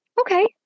Okay